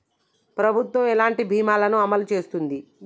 ప్రభుత్వం ఎలాంటి బీమా ల ను అమలు చేస్తుంది?